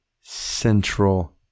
central